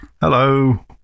Hello